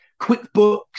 QuickBooks